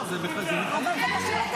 איי איי איי.